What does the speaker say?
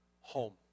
home